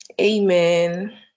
Amen